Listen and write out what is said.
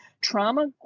Trauma